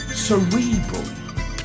Cerebral